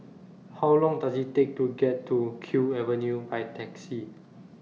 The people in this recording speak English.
How Long Does IT Take to get to Kew Avenue By Taxi